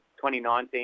2019